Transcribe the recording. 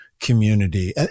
community